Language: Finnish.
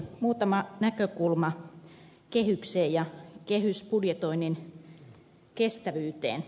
muutama näkökulma kehykseen ja kehysbudjetoinnin kestävyyteen